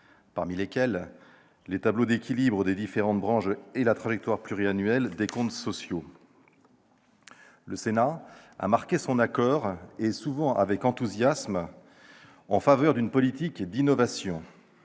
dont les tableaux d'équilibre des différentes branches et la trajectoire pluriannuelle des comptes sociaux. Le Sénat a marqué son accord, souvent avec enthousiasme, en faveur du développement d'une politique d'innovation-